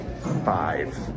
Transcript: Five